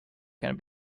can